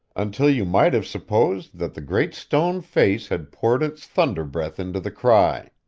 until you might have supposed that the great stone face had poured its thunder-breath into the cry.